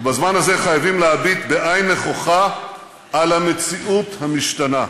ובזמן הזה חייבים להביט בעין נכוחה על המציאות המשתנה.